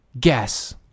guess